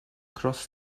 cross